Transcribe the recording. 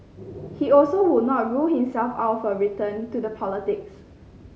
he also would not rule himself out of a return to the politics